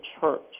church